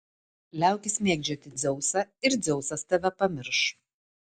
liaukis mėgdžioti dzeusą ir dzeusas tave pamirš